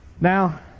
Now